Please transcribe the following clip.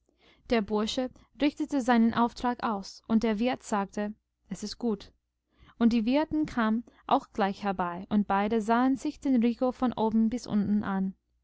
der bursche richtete seinen auftrag aus und der wirt sagte es ist gut und die wirtin kam auch gleich herbei und beide sahen sich den rico von oben bis unten an